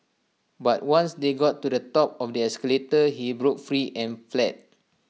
but once they got to the top of the escalator he broke free and fled